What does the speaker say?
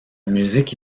musique